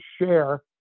share